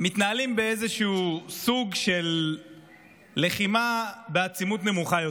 מתנהלים בסוג של לחימה בעצימות נמוכה יותר.